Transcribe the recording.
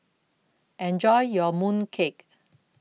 Enjoy your Mooncake